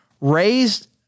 Raised